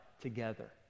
together